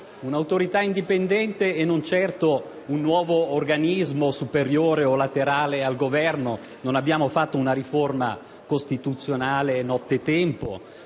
un'autorità indipendente, non è certo un nuovo organismo superiore o laterale al Governo. Non abbiamo fatto una riforma costituzionale nottetempo.